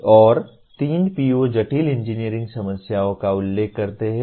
और तीन PO जटिल इंजीनियरिंग समस्याओं का उल्लेख करते हैं